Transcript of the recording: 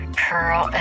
pearl